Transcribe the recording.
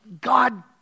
God